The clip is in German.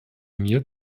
mir